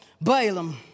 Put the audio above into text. Balaam